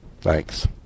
Thanks